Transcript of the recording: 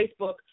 Facebook